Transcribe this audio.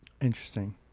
Interesting